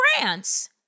France